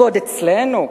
ועוד אצלנו,